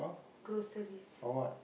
groceries